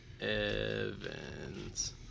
Evans